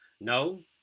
no